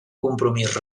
compromís